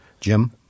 Jim